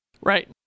Right